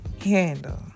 handle